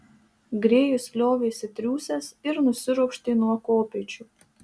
grėjus liovėsi triūsęs ir nusiropštė nuo kopėčių